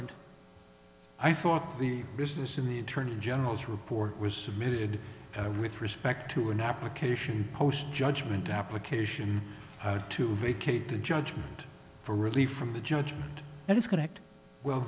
i thought the business in the attorney general's report was submitted with respect to an application post judgment application to vacate the judgment for relief from the judgment that is correct well